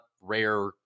rare